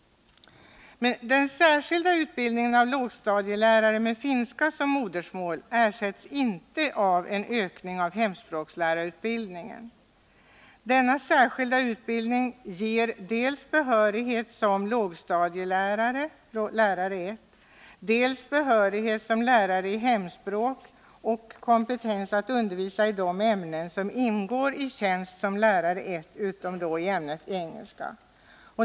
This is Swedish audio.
Men den särskilda utbildningen av lågstadielärare med finska som modersmål ersätts inte av hemspråkslärarutbildning. Den särskilda utbildningen ger dels behörighet som lågstadielärare — lärare 1 — dels behörighet som lärare i hemspråklärare 22 — samt kompetens att undervisa i de ämnen som ingår i tjänst som lärare 1 utom i ämnet engelska.